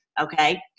okay